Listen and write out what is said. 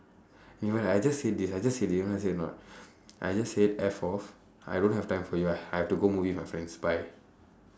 you know what I just said this I just said this you know what I said or not I just said F off I don't have time for you I I have to go movie with my friends bye